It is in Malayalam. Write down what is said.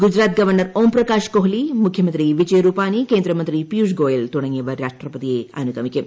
ഗുജറാത്ത് ഗവർണർ ഓംപ്രകാശ് കോഹ്ലി മുഖ്യമന്ത്രി വിജയ് രൂപാനി ക്ട്രൂന്ദമ്ന്ത്രി പിയൂഷ് ഗോയൽ തുടങ്ങിയവർ രാഷ്ട്രപതിയെ അനുഗമിക്കും